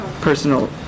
personal